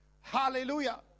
Hallelujah